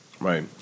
Right